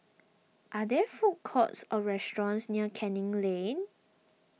are there food courts or restaurants near Canning Lane